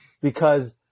because-